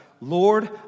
Lord